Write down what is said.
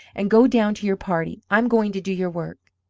and go down to your party. i'm going to do your work.